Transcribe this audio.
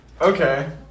Okay